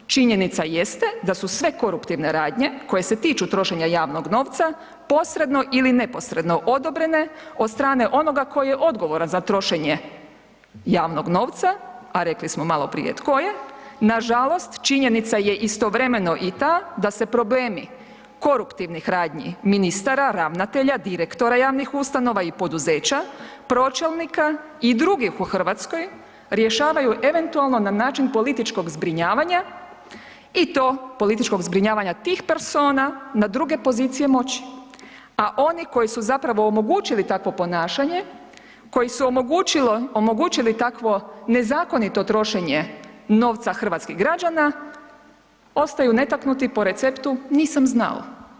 Činjenica jeste, da su sve koruptivne radnje koje se tiču trošenja javnog novca, posredno ili neposredno odobrene od strane onoga tko je odgovaran za trošenje javnog novca, a rekli smo maloprije tko je, nažalost činjenica je istovremeno i ta da se problemi koruptivnih radnji ministara, ravnatelja, direktora javnih ustanova i poduzeća, pročelnika i drugih u Hrvatskoj rješavaju eventualno na način političkog zbrinjavanja i to političkog zbrinjavanja tih persona na druge pozicije moći, a oni koji su zapravo omogućili takvo ponašanje, koji su omogućili takvo nezakonito trošenje novca hrvatskih građana, ostaju netaknuti po receptu nisam znao.